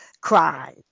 cried